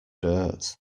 dirt